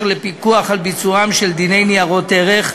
לפיקוח על ביצועם של דיני ניירות ערך,